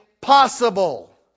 possible